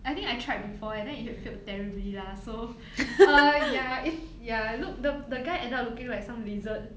I think I tried before and then it failed terribly lah so uh ya if ya look the the guy ended up looking like some lizard